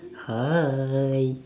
hi